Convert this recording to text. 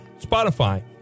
Spotify